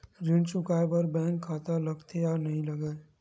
ऋण चुकाए बार बैंक खाता लगथे या नहीं लगाए?